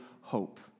hope